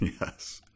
Yes